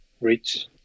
rich